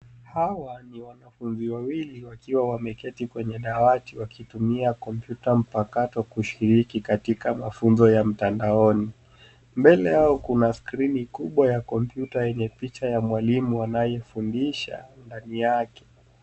Hawa ni wanafunzi wawili wakiwa wameketi kwenye dawati wakitumia kompyuta mpakato kushiriki katika mafunzo ya mtandaoni. Mbele yao kuna skrini kubwa ya kompyuta yenye picha ya mwalimu anayefundisha ndani yake.